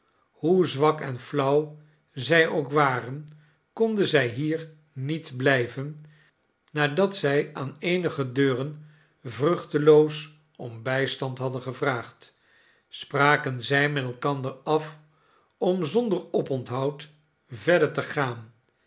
hoe zwak en flauw zij ook waren konden zij hier niet blijven nadat zij aan eenige deuren vruchteloos om bijstand hadden gevraagd spraken zij met elkander af om zonder oponthoud verder te gaan